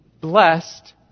blessed